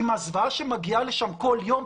עם הזוועה שמגיעה לשם כל יום.